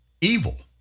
evil